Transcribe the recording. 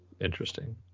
interesting